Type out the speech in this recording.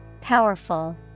Powerful